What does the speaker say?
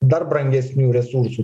dar brangesnių resursų